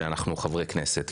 על זה שאנחנו חברי כנסת,